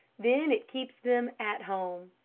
then it keeps them at home.